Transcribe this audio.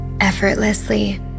effortlessly